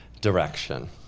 direction